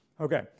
Okay